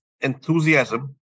enthusiasm